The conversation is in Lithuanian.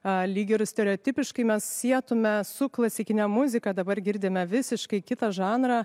lyg ir stereotipiškai mes sietumėme su klasikine muzika dabar girdime visiškai kitą žanrą